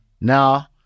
Now